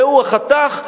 זהו החתך?